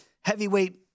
heavyweight